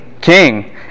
king